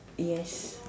yes